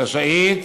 רשאית